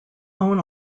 own